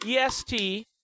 EST